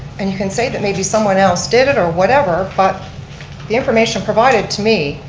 and you can say that maybe somebody else did it, or whatever, but the information provided to me,